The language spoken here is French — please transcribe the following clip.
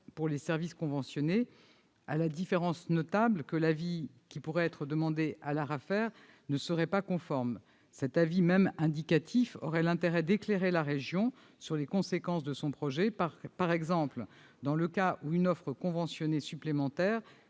pour les services conventionnés, à cette différence notable près que l'avis qui pourra être demandé à l'ARAFER ne sera qu'indicatif. Cet avis aura l'intérêt d'éclairer la région sur les conséquences de son projet, par exemple dans le cas où une offre conventionnée supplémentaire